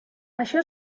això